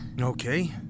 Okay